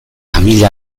tamil